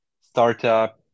startup